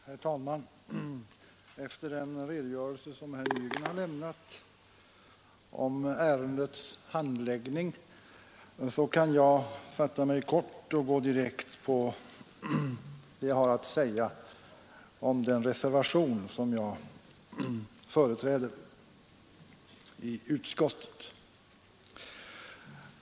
Herr talman! Efter den redogörelse som herr Nygren här har lämnat om ärendets handläggning kan jag fatta mig kort och gå direkt på vad jag har att säga om den reservation som jag företräder i utskottet.